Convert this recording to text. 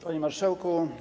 Panie Marszałku!